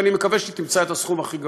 ואני מקווה שהיא תמצא את הסכום הכי גבוה.